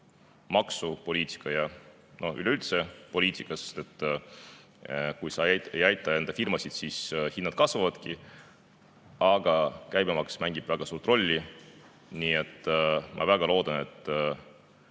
maksupoliitika ja üleüldine poliitika, sest kui sa ei aita [kohalikke] firmasid, siis hinnad kasvavadki. Aga käibemaks mängib väga suurt rolli. Nii et ma väga loodan, et